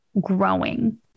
growing